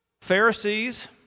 Pharisees